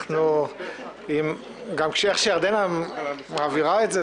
עכשיו זו ועדת הכנסת,